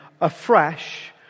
afresh